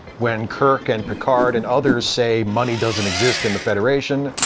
when kirk and picard and others say money doesn't exist in the federation,